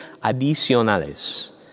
adicionales